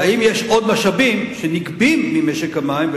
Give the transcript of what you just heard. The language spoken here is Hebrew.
האם יש עוד משאבים שנגבים ממשק המים?